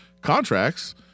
contracts